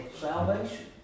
salvation